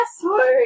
password